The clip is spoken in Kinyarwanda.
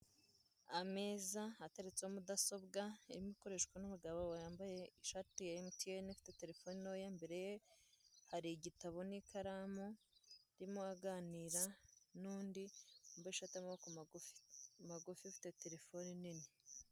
Ameza ateretseho mudasobwa irimo ikoreshwa n'umugabo wambaye ishati ya emutiyeni ufite terefone ntoya imbere ye hari igitabo n'ikaramu arimo aganira n'undi wambaye ishati y'amaboko magufi ufite terefone nini.